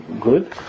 good